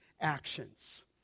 actions